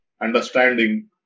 understanding